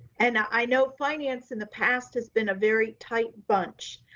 and i know finance in the past has been a very tight bunch.